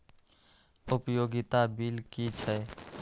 उपयोगिता बिल कि छै?